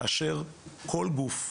אבל כאשר כל גוף,